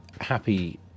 happy